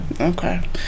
Okay